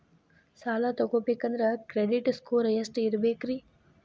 ಸಾಲ ತಗೋಬೇಕಂದ್ರ credit score ಎಷ್ಟ ಇರಬೇಕ್ರಿ?